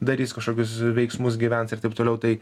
darys kažkokius veiksmus gyvens ir taip toliau tai